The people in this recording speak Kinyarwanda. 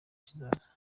kizaza